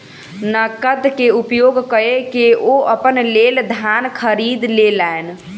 नकद के उपयोग कअ के ओ अपना लेल धान खरीद लेलैन